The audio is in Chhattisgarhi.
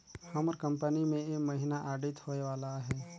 हमर कंपनी में ए महिना आडिट होए वाला अहे